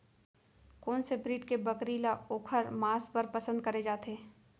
कोन से ब्रीड के बकरी ला ओखर माँस बर पसंद करे जाथे?